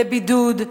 לבידוד,